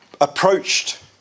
approached